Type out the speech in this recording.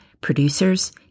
Producers